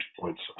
points